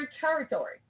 territory